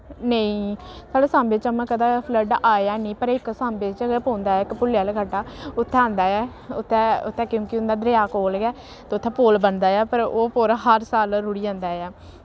नेईं साढ़े सांबे च उ'आं कदै फ्लड आया हैन्नी पर इक सांबे च गै पौंदा ऐ इक भुल्लै आह्ली खड्ड ऐ उत्थै औंदा ऐ उत्थै उत्थै क्योंकि उं'दै दरेआ कोल गै ते उत्थै पुल बनदा ऐ पर ओह् पुल हर साल रुढ़ी जंदा ऐ